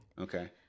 Okay